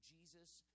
Jesus